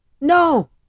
No